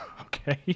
Okay